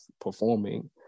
performing